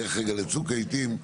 נלך רגע לצוק העיתים,